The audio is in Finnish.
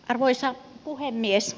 arvoisa puhemies